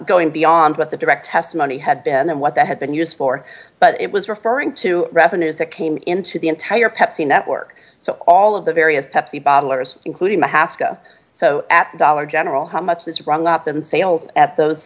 going beyond what the direct testimony had been and what that had been used for but it was referring to revenues that came into the entire pepsi network so all of the various pepsi bottle or including the hasta so at dollar general how much was rung up in sales at those